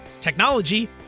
technology